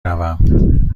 روم